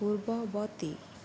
ପୂର୍ବବର୍ତ୍ତୀ